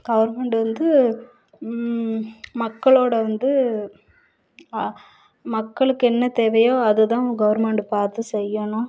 government வந்து மக்களோட வந்து மக்களுக்கு என்ன தேவையோ அது தான் கவர்மெண்டு பார்த்து செய்யணும்